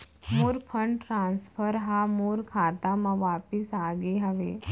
मोर fund transfer हा मोर खाता मा वापिस आ गे हवे